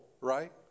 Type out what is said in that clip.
right